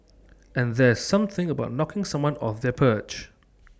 and there's something about knocking someone off their perch